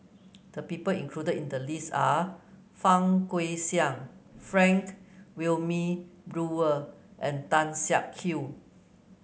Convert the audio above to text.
the people included in the list are Fang Guixiang Frank Wilmin Brewer and Tan Siak Kew